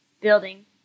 building